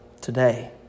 today